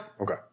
Okay